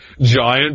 Giant